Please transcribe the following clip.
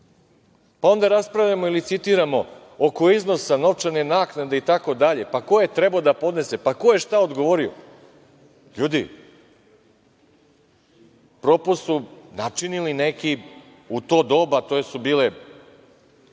pa onda raspravljamo i licitiramo oko iznosa novčane naknade i tako dalje, ko je treba da podnese, ko je šta odgovorio. Ljudi, propust su načinili neki u to doba, a to su bile